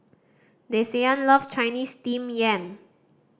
Desean love Chinese Steamed Yam